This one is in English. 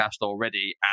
already